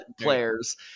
players